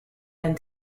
and